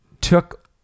took